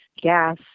gas